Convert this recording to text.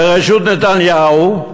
בראשות נתניהו,